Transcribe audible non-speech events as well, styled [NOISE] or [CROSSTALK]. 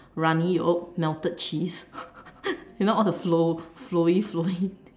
runny yolk melted cheese [LAUGHS] you know all the flow flowy flowy